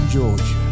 Georgia